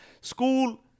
school